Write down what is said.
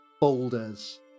boulders